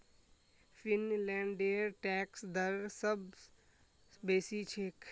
फिनलैंडेर टैक्स दर सब स बेसी छेक